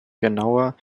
genauer